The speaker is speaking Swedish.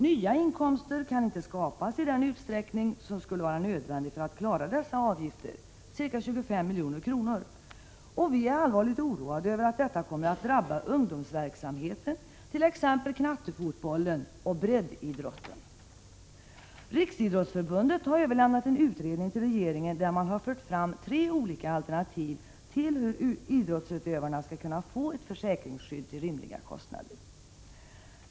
Nya inkomster kan inte skapas i den utsträckning som skulle vara nödvändig för att klara dessa avgifter—ca 25 milj.kr. — och vi är allvarligt oroade över att detta kommer att drabba ungdomsverksamheten, t.ex. ”knattefotbollen”, och breddidrotten. Riksidrottsförbundet har överlämnat en utredning till regeringen, där man fört fram tre olika alternativ avseende hur idrottsutövarna skall kunna få ett försäkringsskydd till rimliga kostnader.